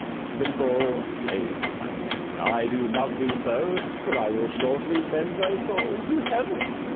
simple, plain clarence i do love thee so that i will shortly send thy soul to heaven,